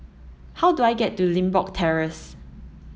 how do I get to Limbok Terrace